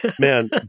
Man